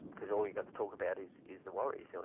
because all you've got to talk about is is the worries, so